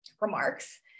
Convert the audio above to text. remarks